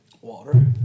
Water